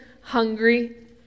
hungry